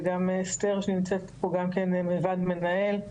וגם אסתר שנמצאת פה גם כן מוועד מנהל.